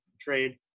trade